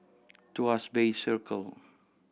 Tuas Bay Circle